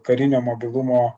karinio mobilumo